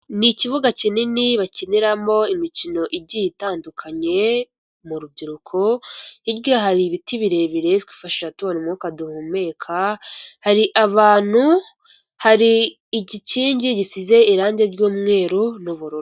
Ni ikibuga kinini bakiniramo imikino igiye itandukanye mu rubyiruko hirya hari ibiti birebire twifashisha tubonara umwuka duhumeka hari abantu hari igikingi gisize irangi ry'umweru ni ubururu.